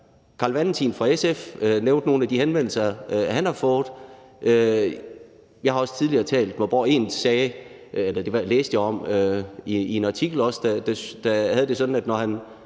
Carl Valentin fra SF nævnte nogle af de henvendelser, han har fået. Jeg har også tidligere læst en artikel, hvor der var en, der sagde, at han havde det sådan, at når han